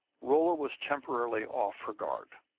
rolla was temporarily off her guard.